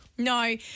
No